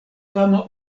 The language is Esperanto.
fama